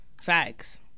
Facts